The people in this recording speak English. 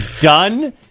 done